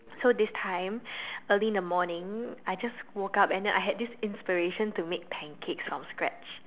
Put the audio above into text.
so this time early in the morning I just woke up and I had this inspiration to make pancakes from scratch